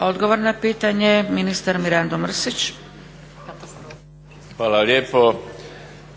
Odgovor na pitanje ministar Mirando Mrsić. **Mrsić, Mirando (SDP)** Hvala lijepo.